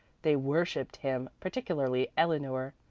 they worshiped him, particularly eleanor,